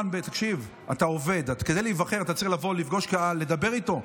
תקשיב, כדי להיבחר אתה צריך לפגוש קהל, לדבר איתו,